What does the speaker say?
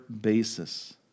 basis